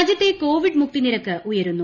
രാജ്യത്തെ കോവിഡ് മുക്തി നിരക്ക് ഉയരുന്നു